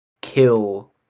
kill